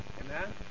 Amen